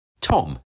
Tom